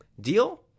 Deal